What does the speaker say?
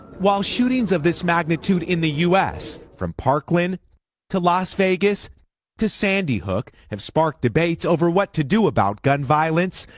while shootings of this magnitude in the u s, from parkland to las vegas to sandy hook, have sparked debates over what to do about gun violence,